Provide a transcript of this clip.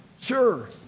Sure